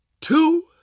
two